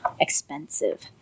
expensive